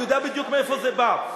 אני יודע בדיוק מאיפה זה בא.